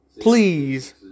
please